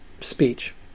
speech